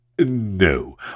no